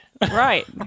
Right